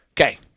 Okay